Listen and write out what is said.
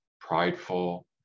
prideful